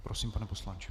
Prosím, pane poslanče.